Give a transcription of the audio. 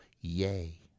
yay